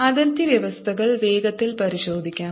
അതിർത്തി വ്യവസ്ഥകൾ വേഗത്തിൽ പരിശോധിക്കാം